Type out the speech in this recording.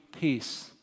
Peace